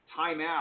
timeout